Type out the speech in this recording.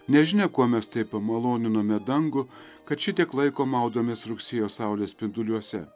nežinia kuo mes taip pamaloninome dangų kad šitiek laiko maudomės rugsėjo saulės spinduliuose